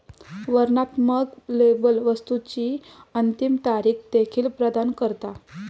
वर्णनात्मक लेबल वस्तुची अंतिम तारीख देखील प्रदान करता